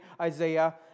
Isaiah